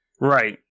Right